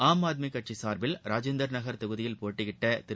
ஆம் ஆத்மி கட்சி சார்பில் ராஜிந்தர் நகர் தொகுதியில் போட்டியிட்ட திரு